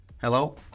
Hello